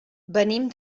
venim